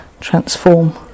transform